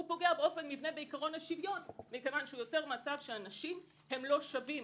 הוא פוגע באופן מובנה בעיקרון השוויון כי יוצר מצב שאנשים לא שווים.